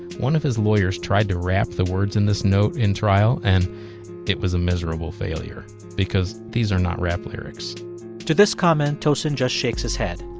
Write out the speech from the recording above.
one of his lawyers tried to rap the words in this note in trial, and it was a miserable failure because these are not rap lyrics to this comment, tosin just shakes his head.